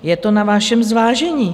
Je to na vašem zvážení.